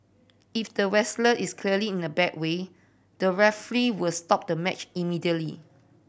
if the wrestler is clearly in a bad way the referee were stop the match immediately